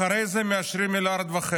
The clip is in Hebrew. אחרי זה מאשרים 1.5 מיליארדים.